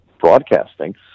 broadcasting